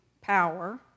power